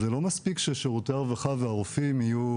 זה לא מספיק ששירותי הרווחה והרופאים יהיה